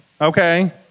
okay